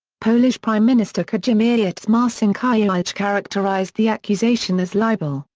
polish prime minister kazimierz marcinkiewicz characterized the accusation as libel,